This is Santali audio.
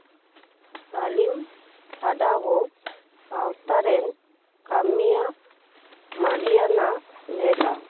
ᱠᱟᱞᱤᱢ ᱪᱷᱟᱰᱟ ᱦᱚᱸ ᱟᱣᱛᱟᱨᱮᱱ ᱠᱟ ᱢᱤᱭᱟ ᱢᱟᱨᱮᱭᱟᱱᱟ ᱞᱮᱫᱟ